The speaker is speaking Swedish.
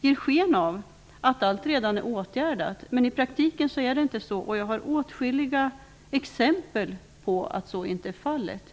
ger sken av att allt redan är åtgärdat. Men i praktiken är det inte så. Jag har åtskilliga exempel på att så inte är fallet.